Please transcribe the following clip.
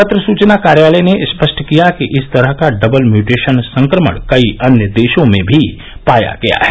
पत्र सुचना कार्यालय ने स्पष्ट किया कि इस तरह का डबल म्यूटेशन संक्रमण कई अन्य देशों में भी पाया गया है